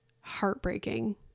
heartbreaking